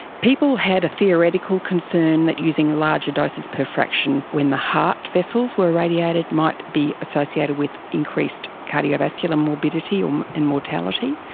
people had a theoretical concern that using larger doses per fraction when the heart vessels were irradiated might be associated with increased cardiovascular morbidity um and mortality,